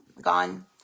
gone